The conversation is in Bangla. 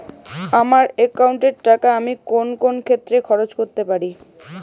আমার একাউন্ট এর টাকা আমি কোন কোন ক্ষেত্রে খরচ করতে পারি?